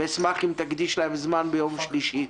ואשמח אם תקדיש להם זמן ביום שלישי.